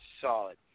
solid